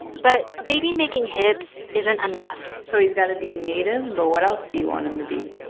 but baby-making hips isn't enough so he's got to be native. but what else do you want him to be?